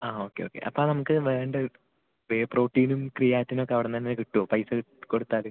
ആ okay okay അപ്പം നമുക്ക് വേണ്ട പ്രോട്ടീനും ക്രിയാറ്റിൻ ഒക്കെ അവിടെനിന്നുതന്നെ കിട്ടുമോ പൈസ കൊടുത്താൽ